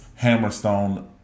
Hammerstone